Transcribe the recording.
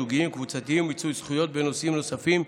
זוגיים וקבוצתיים ומיצוי זכויות בנושאים נוספים,